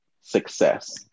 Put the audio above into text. success